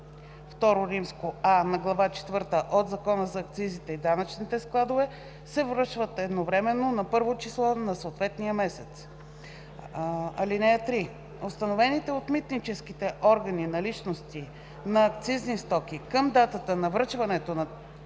раздел IIа на глава четвърта от Закона за акцизите и данъчните складове, се връчват едновременно на 1-во число на съответния месец. (3) Установените от митническите органи наличности на акцизни стоки към датата на връчването на